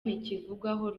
ntikivugwaho